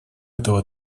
этого